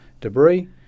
debris